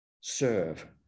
Serve